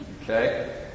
Okay